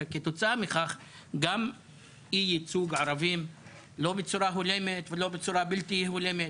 וכתוצאה מכך גם אי ייצוג ערבים לא בצורה הולמת ולא בצורה בלתי הולמת.